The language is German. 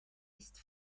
ist